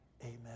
amen